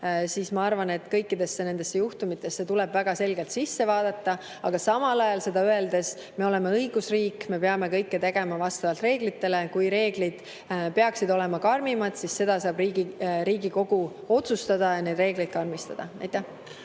sõjas? Ma arvan, et kõikidesse nendesse juhtumitesse tuleb väga selgelt sisse vaadata, aga samal ajal öeldes, et me oleme õigusriik. Me peame kõike tegema vastavalt reeglitele. Kui reeglid peaksid olema karmimad, siis seda saab Riigikogu otsustada ja neid reegleid karmistada.